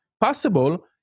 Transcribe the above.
possible